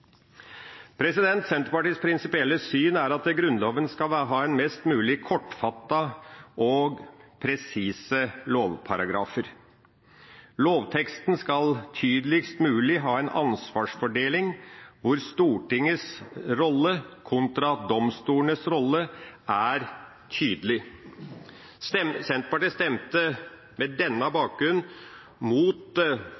Senterpartiets prinsipielle syn er at Grunnloven skal ha mest mulig kortfattede og presise lovparagrafer. Lovteksten skal tydeligst mulig ha en ansvarsfordeling, hvor Stortingets rolle kontra domstolenes rolle er tydelig. Senterpartiet stemte på denne